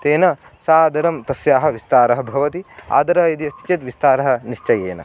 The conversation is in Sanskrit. तेन सादरं तस्याः विस्तारः भवति आदरः यदि अस्ति चेत् विस्तारः निश्चयेन